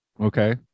Okay